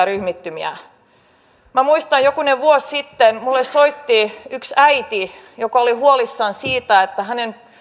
ryhmittymät minä muistan kun jokunen vuosi sitten minulle soitti yksi äiti joka oli huolissaan siitä että hänen